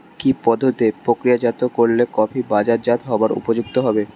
কি পদ্ধতিতে প্রক্রিয়াজাত করলে কফি বাজারজাত হবার উপযুক্ত হবে?